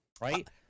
Right